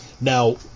Now